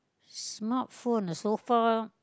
smart phone ah so far